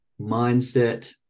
mindset